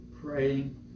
praying